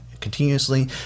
continuously